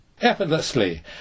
effortlessly